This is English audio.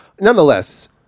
Nonetheless